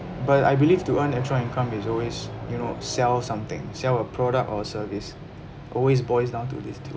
but I believe to earn extra income is always you know sell something sell a product or a service always boils down to these two